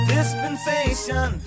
Dispensation